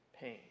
pain